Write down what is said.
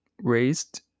raised